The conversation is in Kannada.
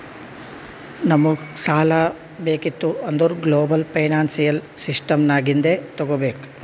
ನಮುಗ್ ಸಾಲಾ ಬೇಕಿತ್ತು ಅಂದುರ್ ಗ್ಲೋಬಲ್ ಫೈನಾನ್ಸಿಯಲ್ ಸಿಸ್ಟಮ್ ನಾಗಿಂದೆ ತಗೋಬೇಕ್